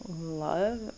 love